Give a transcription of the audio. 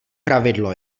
pravidlo